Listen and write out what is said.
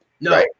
No